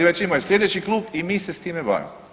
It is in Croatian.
Već imaju sljedeći klub i mi se s time bavimo.